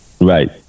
Right